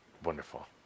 Wonderful